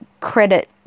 credit